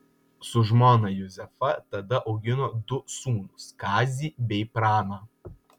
su žmona juzefa tada augino du sūnus kazį bei praną